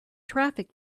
traffic